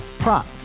Prop